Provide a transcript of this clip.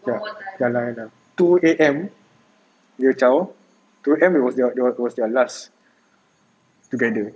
ya ya lah ya lah two A_M dia ciao two A_M was their was was was their last together